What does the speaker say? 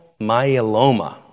myeloma